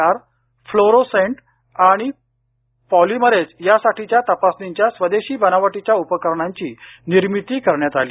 R fluorescent आणि polymerase यासाठीच्या तपासणींच्या स्वदेशी बनवटीच्या उपकरणांची निर्मिती करण्यात आली